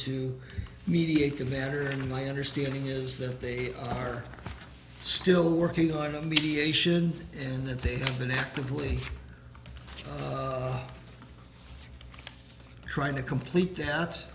to mediate commander and my understanding is that they are still working on a mediation in that they have been actively trying to complete th